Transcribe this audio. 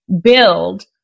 build